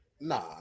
nah